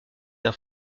d’un